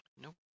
Nope